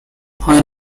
when